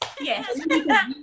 Yes